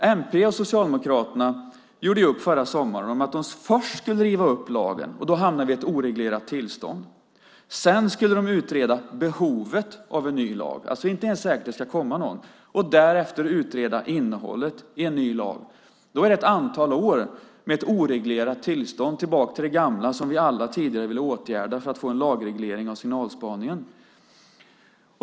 Miljöpartiet och Socialdemokraterna gjorde ju förra sommaren upp om att de först skulle riva upp lagen - då hamnar vi i ett oreglerat tillstånd. Sedan skulle de utreda behovet av en ny lag - det är alltså inte ens säkert att det ska bli någon. Därefter skulle de utreda innehållet i en ny lag. Det innebär ett antal år med ett oreglerat tillstånd tillbaka till det gamla som vi i alla tider har velat åtgärda för att få en lagreglering av signalspaningen.